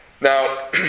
Now